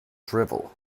drivel